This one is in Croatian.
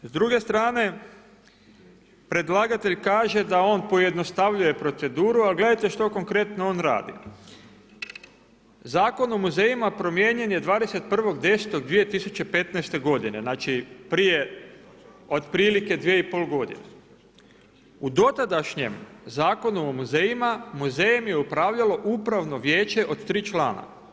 S druge strane, predlagatelj kaže da on pojednostavljuje proceduru, ali gledajte što konkretno on radi, Zakon o muzejima, promijenjen je 21.10.2015. g. znači prije otprilike 2,5 g. U dotadašnjem Zakonom o muzejima, muzejom je upravljalo upravo viječe od 3 člana.